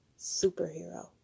superhero